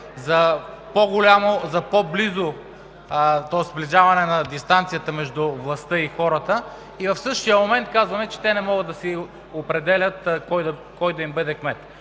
за сближаване на дистанцията между властта и хората и в същия момент казваме, че те не могат да си определят кой да им бъде кмет.